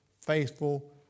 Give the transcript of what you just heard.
faithful